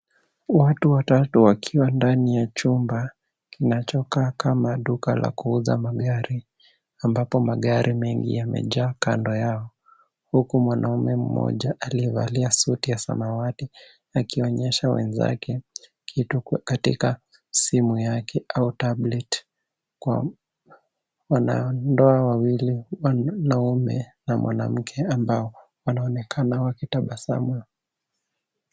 Watu watatu wakiwa ndani ya chumba kinachokaa kama duka la kuuza magari ambapo magari mengi yamejaa kando yao huku mwanamume mmoja aliyevaa suti ya samawati akionyesha wenzake kitu katika simu yake au tablet . Wanandoa wawili mwanaume na mwanamke ambao wanaonekana wakiwa wakitabasamu.